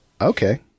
Okay